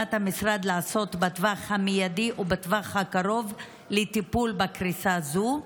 בכוונת המשרד לעשות בטווח המיידי או בטווח הקרוב לטיפול בקריסה זו?